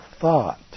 thought